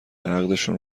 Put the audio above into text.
عقدشون